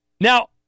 Now